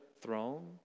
throne